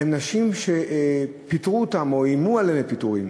הן נשים שפיטרו אותן או איימו עליהן בפיטורין.